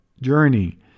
journey